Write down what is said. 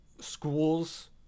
schools